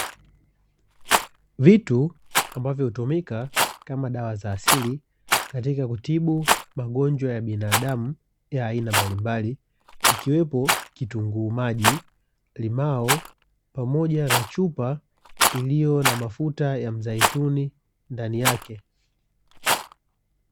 Vitu ambavyo hutumika kama dawa za asili katika kutibu magonjwa ya binadamu ya aina mbalimbali ikiwepo kitunguu maji, limao pamoja na chupa iliyo na mzaituni ndani yake.